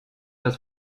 das